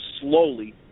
slowly